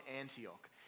Antioch